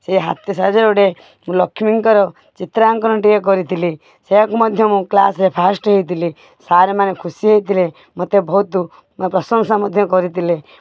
ସେ ହାତୀ ସାହାଯ୍ୟରେ ଗୋଟେ ଲକ୍ଷ୍ମୀଙ୍କର ଚିତ୍ରାଙ୍କନଟିଏ କରିଥିଲି ସେଇଆକୁ ମଧ୍ୟ ମୁଁ କ୍ଲାସ୍ରେ ଫାଷ୍ଟ ହେଇଥିଲି ସାର୍ ମାନେ ଖୁସି ହେଇଥିଲେ ମତେ ବହୁତ ମୋ ପ୍ରଶଂସା ମଧ୍ୟ କରିଥିଲେ